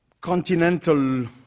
continental